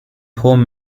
home